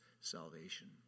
salvation